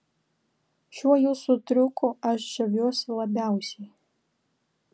šiuo jūsų triuku aš žaviuosi labiausiai